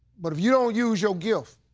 but if you don't use your gift,